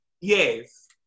Yes